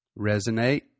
Resonate